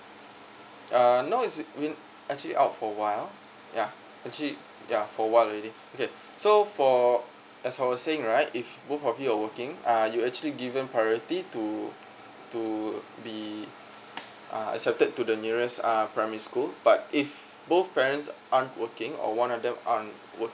err no is it mean actually out for awhile ya actually ya for a while already okay so for as I was saying right if both of you are working uh you actually given priority to to the uh accepted to the nearest uh primary school but if both parents aren't working or one of them um work